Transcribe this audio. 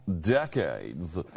decades